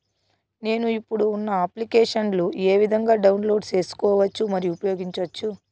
నేను, ఇప్పుడు ఉన్న అప్లికేషన్లు ఏ విధంగా డౌన్లోడ్ సేసుకోవచ్చు మరియు ఉపయోగించొచ్చు?